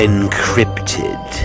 Encrypted